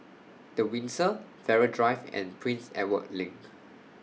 The Windsor Farrer Drive and Prince Edward LINK